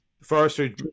forestry